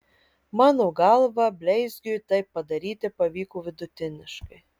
mano galva bleizgiui tai padaryti pavyko vidutiniškai